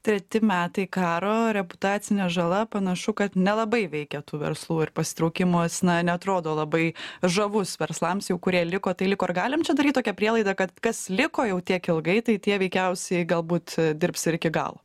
treti metai karo reputacinė žala panašu kad nelabai veikia tų verslų ir pasitraukimas na neatrodo labai žavus verslams jau kurie liko tai liko ar galim čia daryt tokią prielaidą kad kas liko jau tiek ilgai tai tie veikiausiai galbūt dirbs ir iki galo